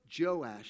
Joash